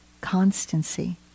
constancy